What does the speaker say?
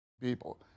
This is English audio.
people